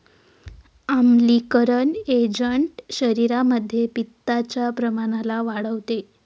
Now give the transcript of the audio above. आम्लीकरण एजंट शरीरामध्ये पित्ताच्या प्रमाणाला वाढवते